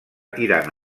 tirant